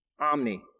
Omni